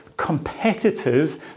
competitors